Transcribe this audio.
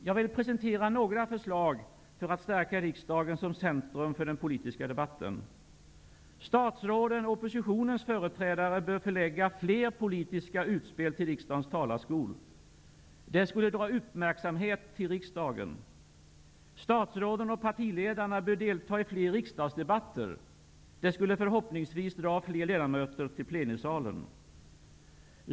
Jag vill presentera några förslag för att stärka riksdagen, som centrum för den politiska debatten: * Statsråden och oppositionens företrädare bör förlägga fler politiska utspel till riksdagens talarstol. Det skulle dra ökad uppmärksamhet till riksdagen. Statsråden och partiledarna bör delta i fler riksdagsdebatter. Det skulle förhoppningsvis dra fler ledamöter till plenisalen.